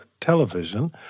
television